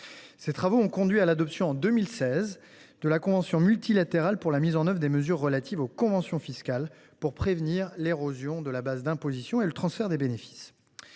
Ces travaux ont conduit à l’adoption, en 2016, de la convention multilatérale pour la mise en œuvre des mesures relatives aux conventions fiscales pour prévenir l’érosion de la base d’imposition et le transfert des bénéfices.